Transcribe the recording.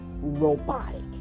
robotic